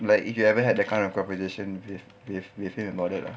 like if you ever had that kind of conversation with with him about that ah